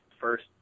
first